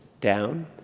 down